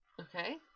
Okay